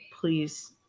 please